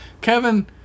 Kevin